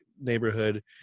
neighborhood